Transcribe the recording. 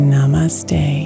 Namaste